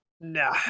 No